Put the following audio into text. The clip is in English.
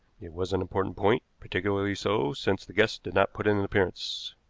it was an important point, particularly so since the guest did not put in an appearance.